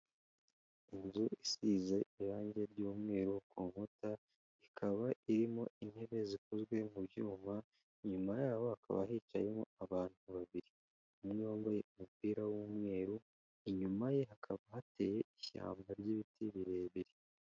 Inzu isize irangi ry'umweru ku nkuta, ikaba irimo intebe zikozwe mu byuma, inyuma yaho hakaba hicayemo abantu babiri. Umwe wambaye umupira w'umweru, inyuma ye hakaba hateye ishyamba ry'ibiti birebire.